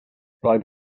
roedd